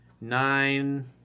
nine